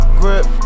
grip